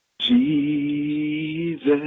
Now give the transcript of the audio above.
Jesus